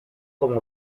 como